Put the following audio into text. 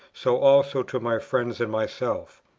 so also to my friends and myself.